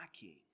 king